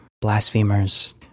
blasphemers